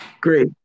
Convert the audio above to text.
Great